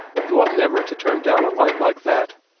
you ought never to turn down a light like that,